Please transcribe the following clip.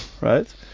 right